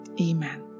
Amen